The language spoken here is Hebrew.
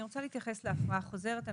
אני רוצה להתייחס להפרה חוזרת.